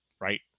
Right